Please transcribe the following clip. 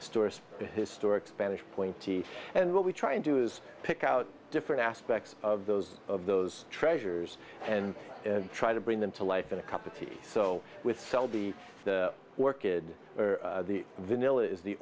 stores the historic spanish point and what we try and do is pick out different aspects of those of those treasures and try to bring them to life in a cup of tea so with selby work in the vanilla is the